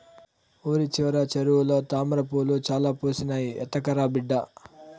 ఊరి చివర చెరువులో తామ్రపూలు చాలా పూసినాయి, ఎత్తకరా బిడ్డా